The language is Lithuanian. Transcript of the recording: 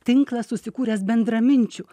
tinklas susikūręs bendraminčių